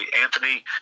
Anthony